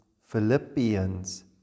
Philippians